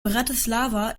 bratislava